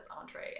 entree